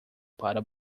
para